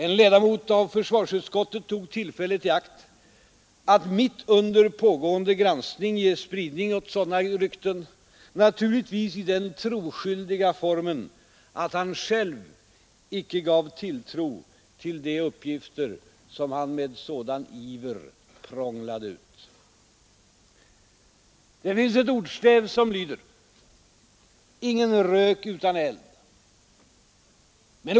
En ledamot av försvarsutskottet tog tillfället i akt att mitt under pågående granskning ge spridning åt sådana rykten, naturligtvis i den troskyldiga formen att han själv icke gav tilltro till de uppgifter som han med sådan iver prånglade ut. Det finns ett ordstäv som lyder: Ingen rök utan eld.